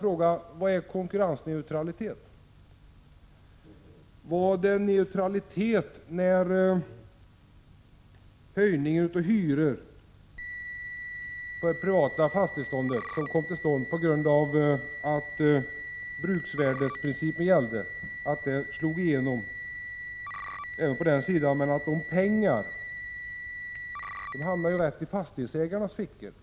Är det neutralitet när en höjning av hyrorna i det privata fastighetsbeståndet kommer till stånd på grund av bruksvärdesprincipen? Höjningen slog igenom även på den sidan, men de pengarna hamnade i fastighetsägarnas fickor.